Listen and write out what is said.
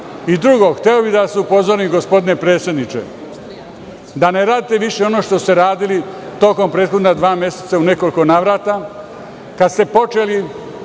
račun. Drugo, hteo bih da vas upozorim gospodine predsedniče, da ne radite više ono što ste radili tokom prethodna dva meseca u nekoliko navrata kad ste počeli